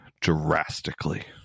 drastically